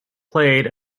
played